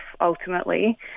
ultimately